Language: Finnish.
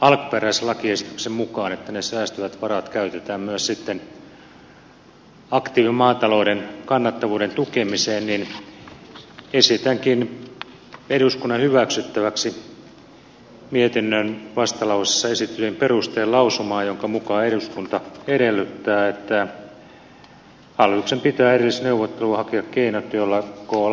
alkuperäislakiesityksen mukaan että ne säästyvät varat käytetään myös sitten aktiivimaatalouden kannattavuuden tukemiseen niin esitänkin eduskunnan hyväksyttäväksi mietinnön vastalauseessa esitettyä perustelulausumaa jonka mukaan eduskunta edellyttää että hallituksen pitää erillisneuvotteluin hakea keinot joilla kyseessä oleva